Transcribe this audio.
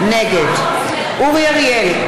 נגד אורי אריאל,